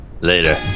Later